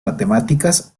matemáticas